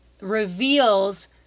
reveals